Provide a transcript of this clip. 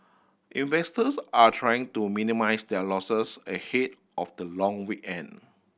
investors are trying to minimise their losses ahead of the long weekend